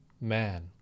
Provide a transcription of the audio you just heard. man